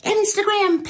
Instagram